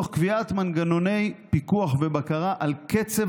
תוך קביעת מנגנוני פיקוח ובקרה על קצב